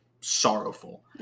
sorrowful